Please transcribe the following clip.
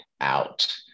out